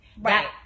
Right